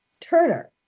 Turner